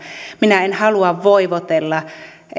minä en halua voivotella että